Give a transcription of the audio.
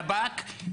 שב"כ,